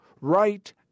right